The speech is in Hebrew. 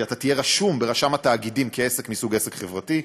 ואתה תהיה רשום ברשם התאגידים כעסק מסוג עסק חברתי,